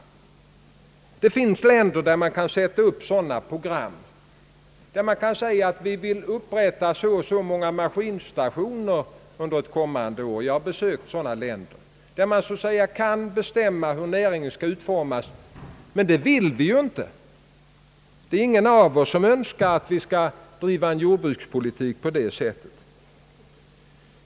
Det finns länder där man kan göra upp sådana program och säga: Vi vill upprätta så och så många maskinstationer under ett kommande år — jag har besökt sådana länder där man så att säga kan bestämma hur näringen skall utformas. Men det vill vi inte — ingen av oss önskar att vi skall driva en jordbrukspolitik på det sättet.